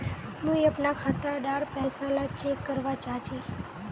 मुई अपना खाता डार पैसा ला चेक करवा चाहची?